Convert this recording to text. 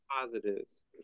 positives